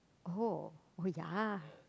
oh oh ya